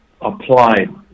applied